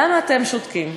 למה אתם שותקים?